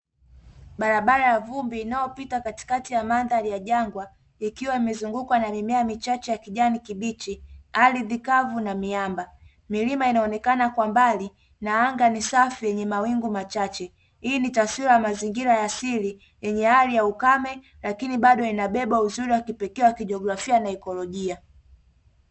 Barabara ya vumbi inayopita katikati ya mandhari ya jangwa ikiwa imezungukwa na mimea michache ya kijani kibichi, ardhi kavu na miamba; milima inaonekana kwa mbali na anga ni safi yenye mawingu machache. Hii ni taswira ya mazingira ya asili yenye hali ya ukame lakini bado inabeba uzuri wa kipekee wa kijografia na ikolojia.